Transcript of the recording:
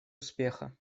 успеха